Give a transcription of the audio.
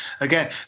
again